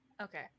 Okay